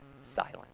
silent